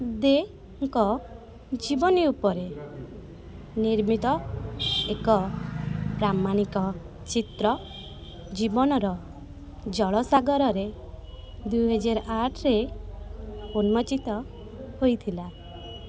ଦେଙ୍କ ଜୀବନୀ ଉପରେ ନିର୍ମିତ ଏକ ପ୍ରାମାଣିକ ଚିତ୍ର ଜୀବନର ଜଳ ସାଗରରେ ଦୁଇହଜାର ଆଠରେ ଉନ୍ମୋଚିତ ହୋଇଥିଲା